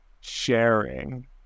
sharing